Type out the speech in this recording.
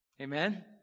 Amen